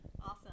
Awesome